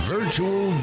Virtual